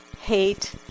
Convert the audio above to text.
hate